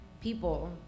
people